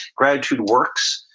gratitude works,